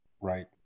right